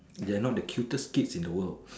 they are not the cutest kids in the world